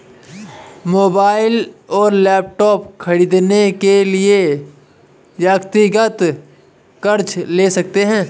mobile और laptop खरीदने के लिए व्यक्तिगत कर्ज ले सकते है